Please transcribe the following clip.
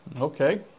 Okay